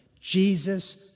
Jesus